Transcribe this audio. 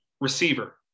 Receiver